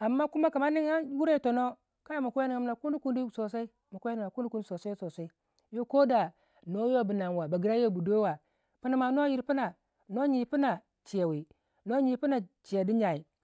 amma kuma kama nig wurei yi dono kai makwe niga migamina kunikuni sosai ma kwe niga mina kundi sosai sosai yo koda nooyuwa bunan wa bagirayuwa bu dowa pima no gyi pima chewii no jyi pima chei du jyai